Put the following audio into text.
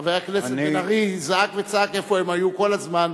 חבר הכנסת בן-ארי זעק וצעק: איפה הם היו כל הזמן?